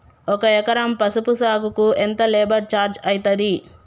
ఒక ఎకరం పసుపు సాగుకు ఎంత లేబర్ ఛార్జ్ అయితది?